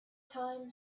time